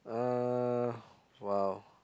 uh !wow!